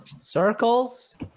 Circles